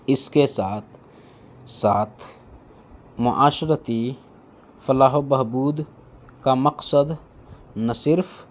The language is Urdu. اس کے ساتھ ساتھ معاشرتی فلاح و بہبود کا مقصد نہ صرف